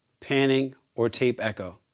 panning, or tape echo.